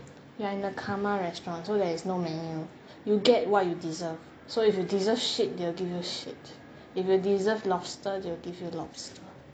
you are in a karma restaurant so there is no menu you get what you deserve so if you deserve shit they will give you shit if you deserved lobster they will give you lobster